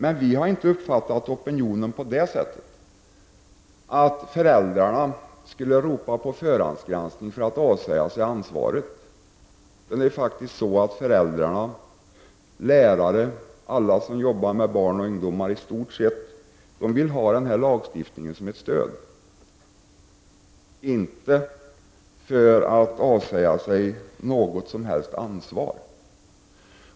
Vi har dock inte uppfattat opinionen på så sätt att föräldrarna skulle ropa på förhandsgranskning för att kunna avsäga sig ansvaret. Föräldrar, lärare och i princip alla andra som arbetar med barn och ungdomar vill ha lagstiftningen som ett stöd — inte för att avsäga sig något ansvar.